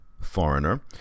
foreigner